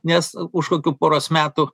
nes už kokių poros metų